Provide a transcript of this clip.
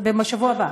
בשבוע הבא.